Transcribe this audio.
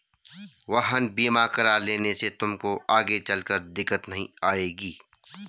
वाहन बीमा करा लेने से तुमको आगे चलकर दिक्कत नहीं आएगी